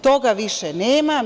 Toga više nema.